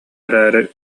эрээри